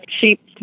cheap